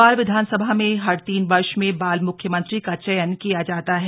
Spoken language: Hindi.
बाल विधानसभा में हर तीन वर्ष में बाल मुख्यमंत्री का चयन किया जाता है